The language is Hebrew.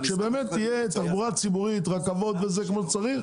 כשבאמת תהיה תחבורה ציבורית, רכבות, כמו שצריך.